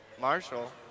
Marshall